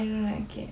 I don't like it